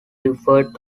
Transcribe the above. referred